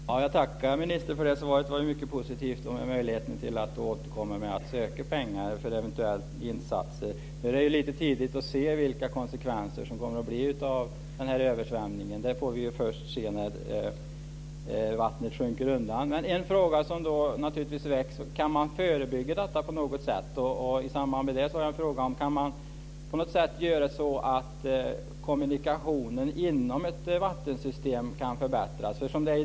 Fru talman! Jag tackar ministern för det svaret. Det var mycket positivt att möjligheten finns att söka pengar för eventuella insatser. Nu är det ju lite tidigt att se vilka konsekvenser som kommer av den här översvämningen. Det får vi se när vattnet sjunker undan. Men en fråga som naturligtvis väcks är om man kan förebygga detta på något sätt. Jag har en fråga i samband med det. Kan man på något sätt göra så att kommunikationen inom ett vattensystem kan förbättras?